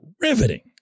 riveting